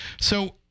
So-